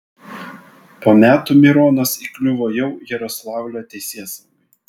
po metų mironas įkliuvo jau jaroslavlio teisėsaugai